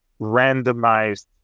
randomized